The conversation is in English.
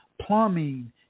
plumbing